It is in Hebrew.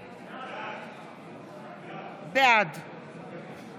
בעד אלכס קושניר, בעד יואב קיש,